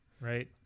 Right